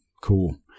Cool